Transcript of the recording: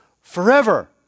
forever